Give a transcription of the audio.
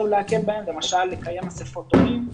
ולהקל בהם כמו למשל לקיים אספות הורים.